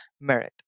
merit